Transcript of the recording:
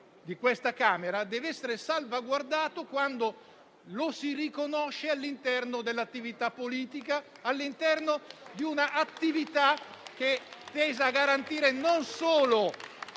di questa Camera deve essere salvaguardata quando la si riconosce all'interno dell'attività politica e all'interno di un'attività tesa a garantire non solo